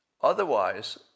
Otherwise